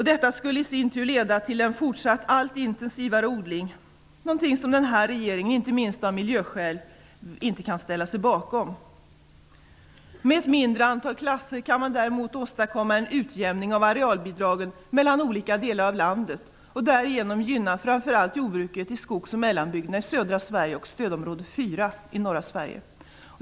Detta skulle i sin tur leda till en fortsatt allt intensivare odling, något som denna regering - inte minst av miljöskäl - inte kan ställa sig bakom. Med ett mindre antal klasser kan man däremot åstadkomma en utjämning av arealbidragen mellan olika delar av landet och därigenom gynna framför allt jordbruket i skogs och mellanbygderna i södra Sverige och i stödområde 4 i norra Sverige.